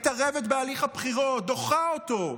מתערבת בהליך הבחירות, דוחה אותו,